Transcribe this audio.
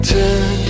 Turn